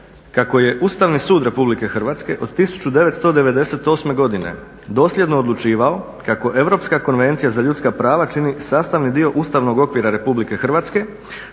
kao je Ustavni sud Republike Hrvatske od 1998. godine dosljedno odlučivao kako Europska konvencija za ljudska prava čini sastavni dio ustavnog okvira Republike Hrvatske,